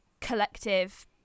collective